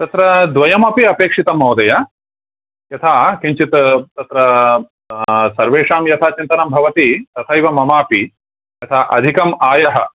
तत्र द्वयमपि अपेक्षितं महोदय यथा किञ्चित् तत्र सर्वेषां यथा चिन्तनं भवति तथैव ममापि तथा अधिकम् आयः